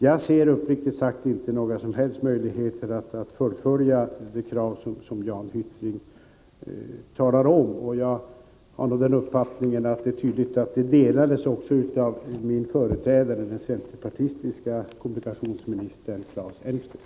Jag ser uppriktigt sagt inte någon som helst möjlighet att tillmötesgå de krav som Jan Hyttring talar om. Jag är av den uppfattningen att den inställningen delades av min företrädare, den centerpartistiske kommunikationsministern Claes Elmstedt.